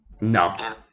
No